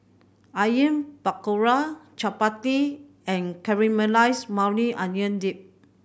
Onion Pakora Chapati and Caramelized Maui Onion Dip